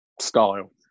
style